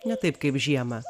ne taip kaip žiemą